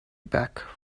back